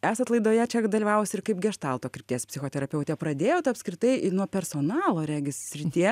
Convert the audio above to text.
esat laidoje čia dalyvavus ir kaip geštalto krypties psichoterapeutė pradėjot apskritai nuo personalo regis sritie